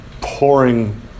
pouring